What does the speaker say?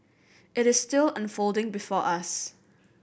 it is still unfolding before us